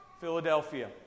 Philadelphia